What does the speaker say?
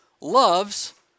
loves